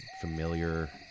familiar